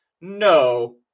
no